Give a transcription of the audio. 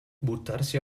buttarsi